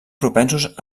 propensos